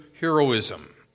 heroism